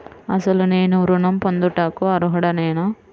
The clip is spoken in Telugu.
అసలు నేను ఋణం పొందుటకు అర్హుడనేన?